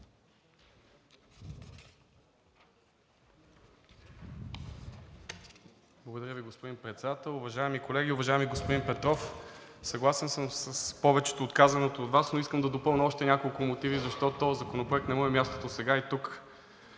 Благодаря Ви, господин Председател. Уважаеми колеги! Уважаеми господин Петров, съгласен съм с повечето от казаното от Вас, но искам да допълня още няколко мотива защо на този законопроект не му е мястото сега и тук.